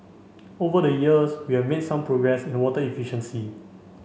over the years we have made some progress in water efficiency